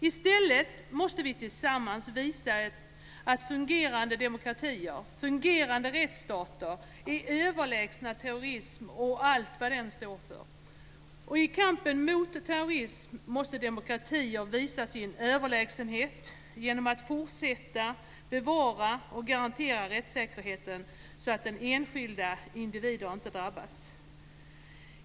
I stället måste vi tillsammans visa att fungerande demokratier och fungerande rättsstater är överlägsna terrorism och allt vad den står för. I kampen mot terrorism måste demokratier visa sin överlägsenhet genom att fortsätta bevara och garantera rättssäkerheten så att den enskilde individen inte drabbas.